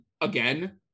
Again